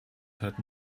hatten